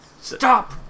Stop